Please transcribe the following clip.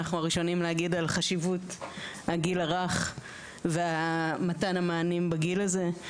אנחנו הראשונים להגיד על חשיבות הגיל הרך ועל מתן המענים בגיל הזה.